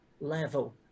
level